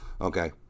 Okay